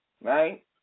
Right